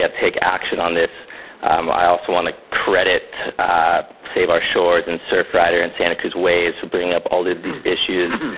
take action on this i also wanna credit save our shores and surfrider and sana cruz waves for bringing up all of these issues.